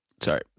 Sorry